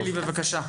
אלי, בבקשה.